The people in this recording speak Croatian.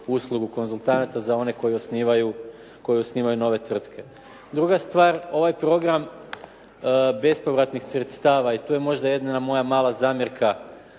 uslugu konzultanata za one koji osnivaju nove tvrtke. Druga stvar, ovaj program bespovratnih sredstava i tu je jedina možda moja mala zamjerka